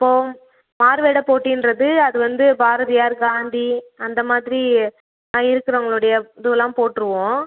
இப்போது மாறுவேட போட்டிங்றது அது வந்து பாரதியார் காந்தி அந்த மாதிரி இருக்கிறவுங்களோடைய இதுவெலாம் போட்டுருவோம்